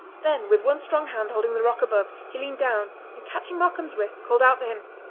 then with one strong hand holding the rock above, he leaned down, and catching markam's wrist, called out to him,